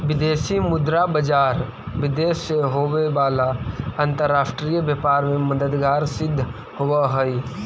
विदेशी मुद्रा बाजार विदेश से होवे वाला अंतरराष्ट्रीय व्यापार में मददगार सिद्ध होवऽ हइ